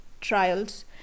trials